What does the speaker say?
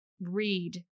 read